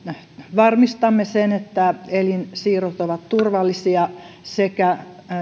varmistamme sen että elinsiirrot ovat turvallisia sekä